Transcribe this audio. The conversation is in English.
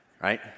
right